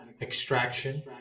extraction